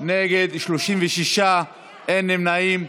נגד, 36, אין נמנעים.